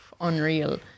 unreal